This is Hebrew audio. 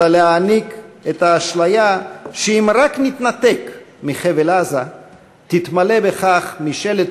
אלא להעניק את האשליה שאם רק נתנתק מחבל-עזה תתמלא בכך משאלת